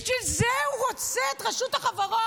בשביל זה הוא רוצה את רשות החברות.